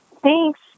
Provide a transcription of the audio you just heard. Thanks